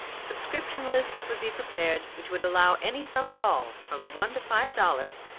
subscription lists would be prepared which would allow any sum at all, from one to five dollars,